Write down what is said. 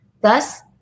Thus